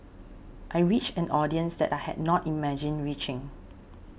I reached an audience that I had not imagined reaching